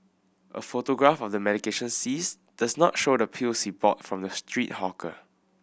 a photograph of the medication seized does not show the pills he bought from the street hawker